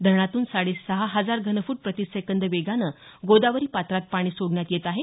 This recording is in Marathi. धरणातून साडे सहा हजार घनफूट प्रतिसेकंद वेगाने गोदावरी पात्रात पाणी सोडण्यात येत आहे